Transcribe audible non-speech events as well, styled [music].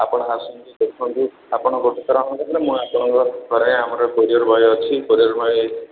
ଆପଣ ଆସନ୍ତୁ ଦେଖନ୍ତୁ ଆପଣ ଗୋଟେ ଥର [unintelligible] ମୁଁ ଆପଣଙ୍କର [unintelligible] ଆମର କୋରିୟର୍ ବୟ ଅଛି କୋରିୟର୍ ବୟ